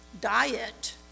diet